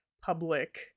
public